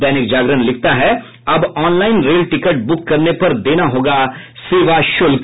दैनिक जागरण लिखता है अब ऑनलाइन रेल टिकट बुक करने पर देना होगा सेवा शुल्क